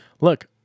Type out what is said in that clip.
Look